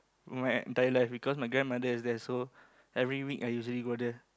my entire life because my grandmother is there so every week I usually go there